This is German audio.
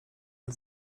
und